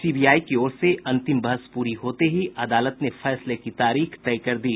CBI की ओर से अंतिम बहस पूरी होते ही अदालत ने फैसले की तारीख तय कर दी